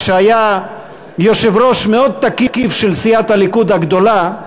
כשהיה יושב-ראש מאוד תקיף של סיעת הליכוד הגדולה,